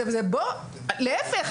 להפך,